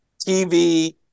TV